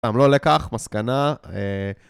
גם לא לקח, מסקנה.